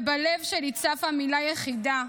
ובלב שלי צפה מילה יחידה: